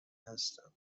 هستم